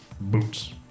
Boots